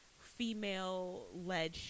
female-led